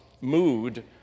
mood